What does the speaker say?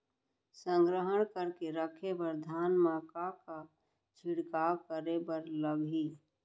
संग्रह करके रखे बर धान मा का का छिड़काव करे बर लागही?